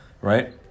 right